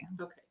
Okay